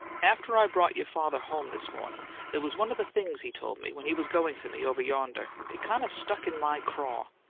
after i brought your father home, this morning, there was one of the things he told me, when he was going for me, over yonder it kind of stuck in my craw.